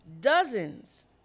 Dozens